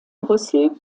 brüssel